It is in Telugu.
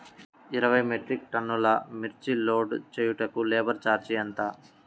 ఇరవై మెట్రిక్ టన్నులు మిర్చి లోడ్ చేయుటకు లేబర్ ఛార్జ్ ఎంత?